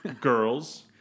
girls